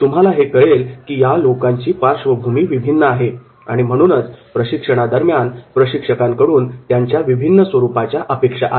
तुम्हाला हे कळेल की या लोकांची पार्श्वभूमी विभिन्न आहे आणि त्यामुळे प्रशिक्षणादरम्यान प्रशिक्षकांकडून त्यांच्या विभिन्न स्वरूपाच्या अपेक्षा आहेत